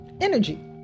energy